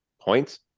points